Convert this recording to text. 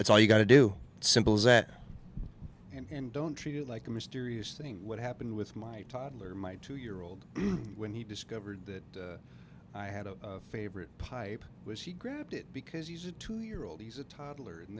it's all you got to do simple as that and don't treat it like a mysterious thing what happened with my toddler my two year old when he discovered that i had a favorite pipe was he grabbed it because he's a two year old he's a toddler and